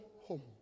home